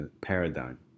paradigm